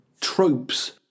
tropes